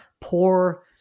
poor